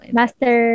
master